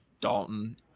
Dalton